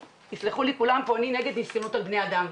יסלחו לי כולם פה, אני נגד ניסיונות על בני אדם.